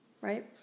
Right